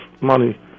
money